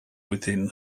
within